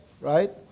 right